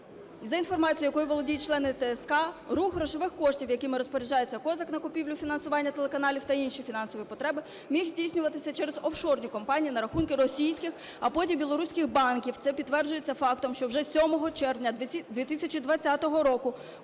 За інформацією, якою володіють члени ТСК, рух грошових коштів, якими розпоряджається Козак на купівлю фінансування телеканалів та інші фінансові потреби, міг здійснюватися через офшорні компанії на рахунки російських, а потім білоруських банків. Це підтверджується фактом, що вже 7 червня 2020 року